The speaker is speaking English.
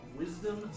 wisdom